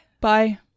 Bye